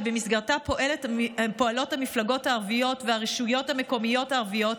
שבמסגרתה פועלות המפלגות הערביות והרשויות המקומיות הערביות,